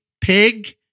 pig